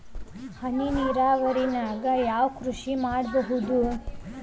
ಹನಿ ನೇರಾವರಿ ನಾಗ್ ಯಾವ್ ಕೃಷಿ ಮಾಡ್ಬೋದು?